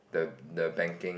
the the banking